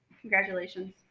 Congratulations